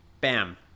Bam